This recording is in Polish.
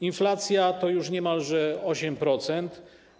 Inflacja to już niemalże 8%.